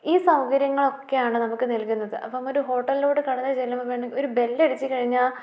ഈ സൗകര്യങ്ങളൊക്കെയാണ് നമുക്ക് നൽകുന്നത് അപ്പം ഒരു ഹോട്ടലിലൂടെ കടന്നു ചെല്ലുമ്പം വേണെ ഒരു ബെല്ലടിച്ചു കഴിഞ്ഞാൽ